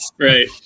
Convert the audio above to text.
Right